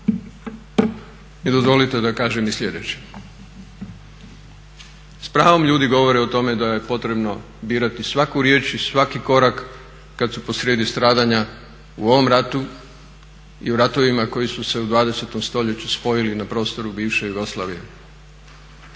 mi dozvolite da kažem i slijedeće: s pravom ljudi govore o tome da je potrebno birati svaku riječ i svaki korak kad su posrijedi stradanja u ovom ratu i u ratovima koji su se u 20.stoljeću spojili na prostoru bivše Jugoslavije.